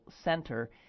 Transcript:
center